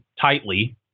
tightly